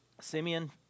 Simeon